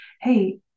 Hey